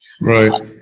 Right